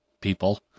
people